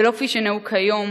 ולא כפי שנהוג כיום,